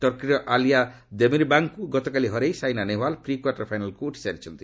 ଟର୍କୀର Aliye ଦେମିର୍ବାଗ୍ଙ୍କୁ ଗତକାଲି ହରାଇ ସାଇନା ନେହୱାଲ୍ ପ୍ରି କ୍ୱାର୍ଟର ଫାଇନାଲ୍କୁ ଉଠିସାରିଛନ୍ତି